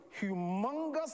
humongous